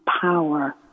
power